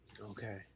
Okay